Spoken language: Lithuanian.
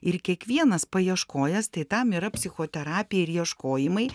ir kiekvienas paieškojęs tai tam yra psichoterapija ir ieškojimai